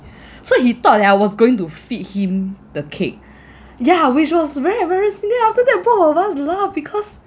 so he thought that I was going to feed him the cake ya which was very embarrassing then after that both of us laughed because